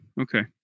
Okay